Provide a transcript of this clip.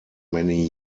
many